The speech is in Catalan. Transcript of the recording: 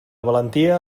valentia